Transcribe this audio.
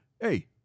hey